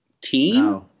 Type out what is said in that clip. team